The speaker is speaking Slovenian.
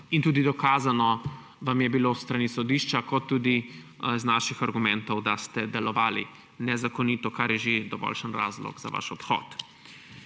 in tudi dokazano vam je bilo tako s strani sodišča kot tudi z našimi argumenti, da ste delovali nezakonito, kar je že dovoljšen razlog za vaš odhod.